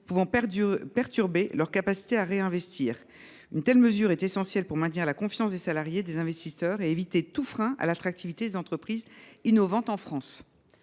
pouvant perturber leur capacité à réinvestir. Une telle mesure est essentielle pour maintenir la confiance des salariés et des investisseurs et éviter tout frein à l’attractivité des entreprises innovantes en France.